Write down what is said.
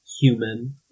human